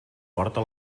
porta